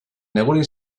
negurin